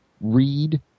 read